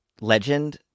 Legend